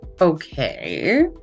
Okay